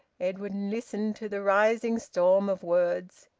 edwin listened to the rising storm of words.